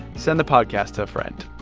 send the podcast to a friend.